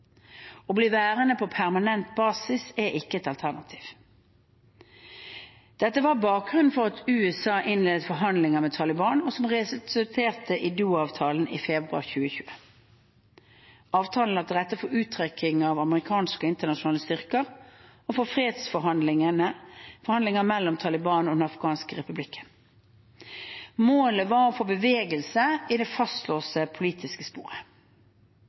Å bli værende på permanent basis er ikke et alternativ. Dette var bakgrunnen for at USA innledet forhandlinger med Taliban, som resulterte i Doha-avtalen i februar 2020. Avtalen la til rette for uttrekking av amerikanske og internasjonale styrker og for fredsforhandlinger mellom Taliban og den afghanske republikken. Målet var å få bevegelse i det fastlåste politiske sporet.